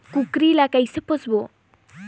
कूकरी ला कइसे पोसबो?